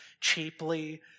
cheaply